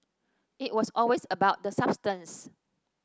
it was always about the substance